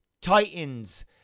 Titans